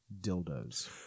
dildos